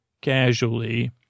casually